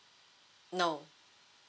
no